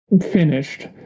finished